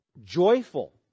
joyful